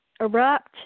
erupt